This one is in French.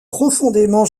profondément